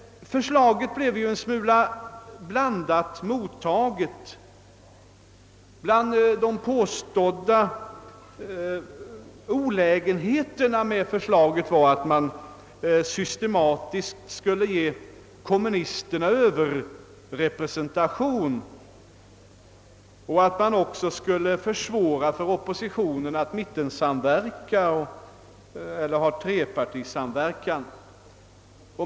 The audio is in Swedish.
Förslaget fick ett blandat mottagande. Bland de påstådda olägenheterna med förslaget var att man systematiskt skulle ge kommunisterna överrepresentation och att man skulle försvåra för oppositionen att mittensamverka eller att ha trepartisamverkan.